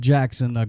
Jackson